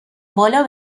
بالا